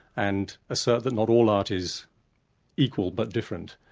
and assert that not all art is equal but different.